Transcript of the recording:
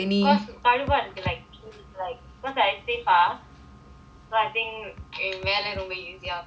because teleport like school பளுவா இருக்கு:paluvaa irukku like because I stay far so I think வேலை ரொம்ப:velai romba easy இருக்கும்:irukkum